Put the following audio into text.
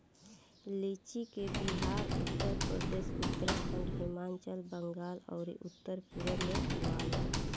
लीची के बिहार, उत्तरप्रदेश, उत्तराखंड, हिमाचल, बंगाल आउर उत्तर पूरब में बोआला